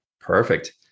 Perfect